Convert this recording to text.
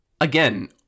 again